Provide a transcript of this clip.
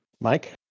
Mike